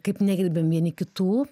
kaip negerbiam vieni kitų